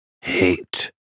Hate